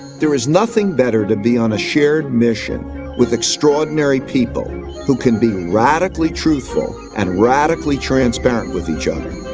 there is nothing better to be on a shared mission with extraordinary people who can be radically truthful and radically transparent with each other.